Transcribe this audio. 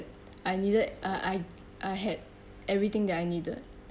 I needed uh I I had everything that I needed